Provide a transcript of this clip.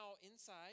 inside